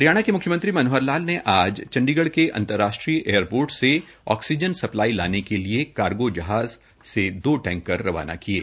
हरियाणा के म्ख्यमंत्री मनोहर लाल ने आज चंडीगए के अंतर्राष्ट्रीय एयर पोर्ट से ऑक्सीजन सप्लाई लाने के लिए कारगो जहाज से दो टैंकर रवाना किये